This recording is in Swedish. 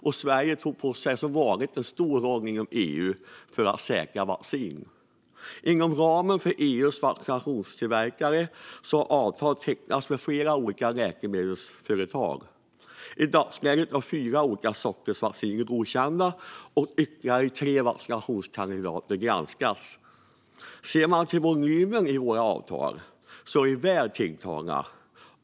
Och Sverige tog som vanligt på sig en stor roll inom EU för att säkra vaccin. Inom ramen för EU har avtal tecknats med flera olika läkemedelsföretag som tillverkar vaccin. I dagsläget är fyra olika vacciner godkända, och ytterligare tre vaccinationskandidater granskas. Ser man till volymen i våra avtal är de väl tilltagna.